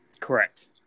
Correct